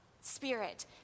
spirit